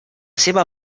seva